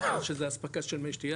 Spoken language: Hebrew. כיוון שזה אספקה של מי שתייה,